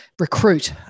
recruit